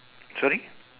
sorry